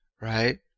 Right